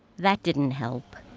that didn't help.